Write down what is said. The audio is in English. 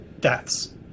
Deaths